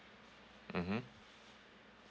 mmhmm